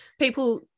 people